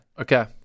Okay